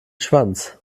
schwanz